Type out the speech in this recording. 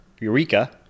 Eureka